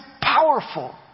powerful